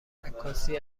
عکاسی